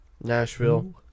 Nashville